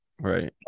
right